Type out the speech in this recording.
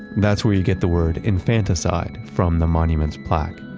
that's where you get the word infanticide from the monument's plaque.